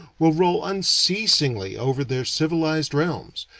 will roll unceasingly over their civilized realms,